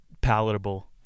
palatable